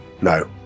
No